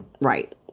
right